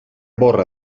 borra